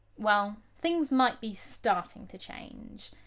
well, things might be starting to change.